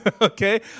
okay